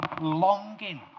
longing